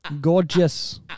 Gorgeous